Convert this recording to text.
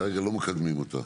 כרגע לא מקדמים אותה.